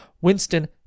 Winston